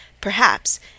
Perhaps